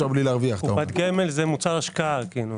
קופת גמל זה מוצר השקעה.